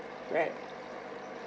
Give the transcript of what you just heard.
right